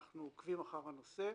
אנחנו עוקבים אחר הנושא.